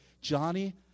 Johnny